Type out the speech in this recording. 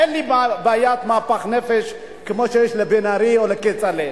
אין לי בעיית מפח נפש כמו שיש לבן-ארי או לכצל'ה,